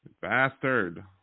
Bastard